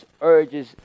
urges